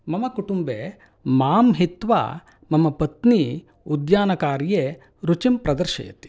मम कुटुम्बे माम् हित्वा मम पत्नी उद्यानकार्ये रुचिं प्रदर्शयति